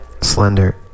Slender